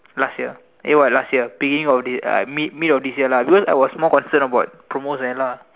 last year ah eh what last year beginning of this uh mid mid of this year lah because I'm more concerned about promos and lah